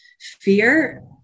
fear